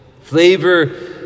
flavor